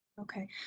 Okay